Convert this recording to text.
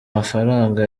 mafaranga